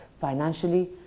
financially